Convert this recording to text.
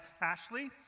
Ashley